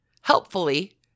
Helpfully